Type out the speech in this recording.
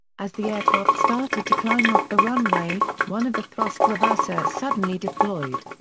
as the aircraft started to climb off the runway, one of the thrust reversers suddenly deployed.